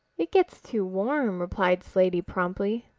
it gets too warm, replied slaty promptly,